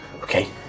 okay